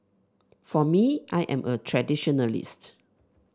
for me I am a traditionalist